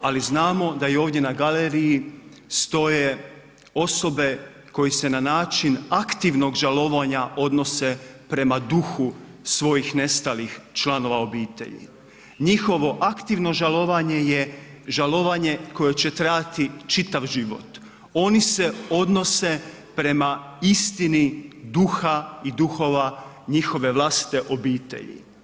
ali znamo da i ovdje na galeriji stoje osobe koji se na način aktivnog žalovanja odnose prema duhu svojih nestalih članova obitelji, njihovo aktivno žalovanje je žalovanje koje će trajati čitav život, oni se odnose prema istini duha i duhova njihove vlastite obitelji.